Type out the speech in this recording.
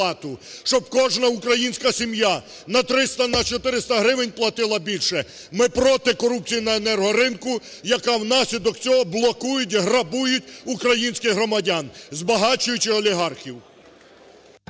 Щоб кожна українська сім'я на 300, на 400 гривень платила більше! Ми проти корупції на енергоринку, яка, внаслідок цього блокують, грабують українських громадян, збагачуючи олігархів!